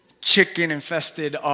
chicken-infested